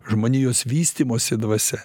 žmonijos vystymosi dvasia